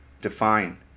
define